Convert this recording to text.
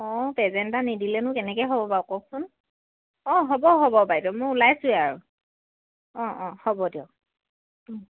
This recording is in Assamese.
অঁ পেজেন্ট এটা নিদিলেনো কেনেকৈ হ'ব বাৰু কওকচোন অঁ হ'ব হ'ব বাইদেউ মই ওলাইছোৱেই আৰু অঁ অঁ হ'ব দিয়ক